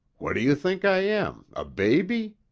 what do you think i am? a baby?